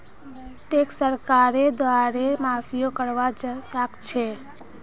tax सरकारेर द्वारे माफियो करवा सख छ